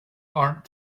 aren’t